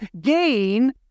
gain